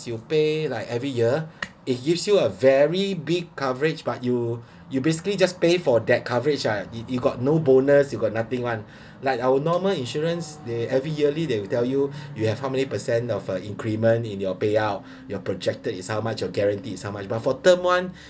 you pay like every year it gives you a very big coverage but you you basically just pay for that coverage uh you got no bonus you got nothing [one] like our normal insurance they every yearly they will tell you you have how many percent of uh increment in your payout out your projected is how much your guaranteed is how much but for term [one]